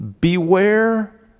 beware